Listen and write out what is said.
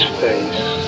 face